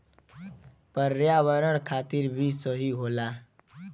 पर्यावरण खातिर भी सही होला